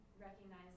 recognize